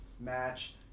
match